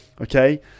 Okay